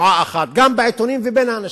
גם בעיתונים וגם בין האנשים: